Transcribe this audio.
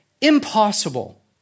impossible